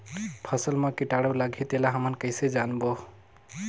फसल मा कीटाणु लगही तेला हमन कइसे जानबो?